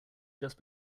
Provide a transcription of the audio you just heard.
just